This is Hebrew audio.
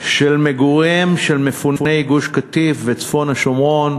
של מגוריהם של מפוני גוש-קטיף וצפון השומרון,